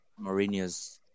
Mourinho's